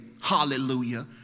hallelujah